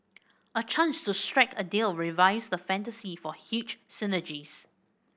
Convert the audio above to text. a chance to strike a deal revives the fantasy for huge synergies